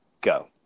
Go